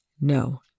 No